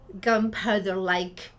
gunpowder-like